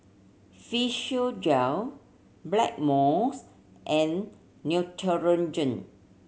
Physiogel Blackmores and Neutrogena